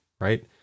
right